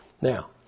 Now